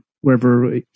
Wherever